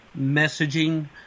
messaging